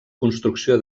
construcció